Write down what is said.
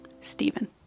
Stephen